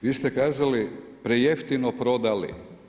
Vi ste kazali, prejeftino prodali.